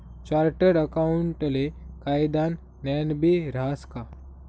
chartered अकाऊंटले कायदानं ज्ञानबी रहास का